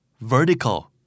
Vertical